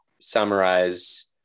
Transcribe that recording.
summarize